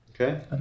Okay